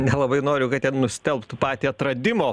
nelabai noriu kad ten nustelbtų patį atradimo